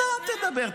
אל תדבר.